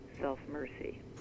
self-mercy